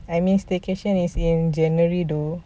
I mean staycation is in january tho